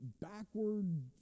backward